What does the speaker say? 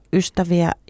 ystäviä